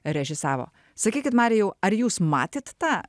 režisavo sakykit marijau ar jūs matėt tą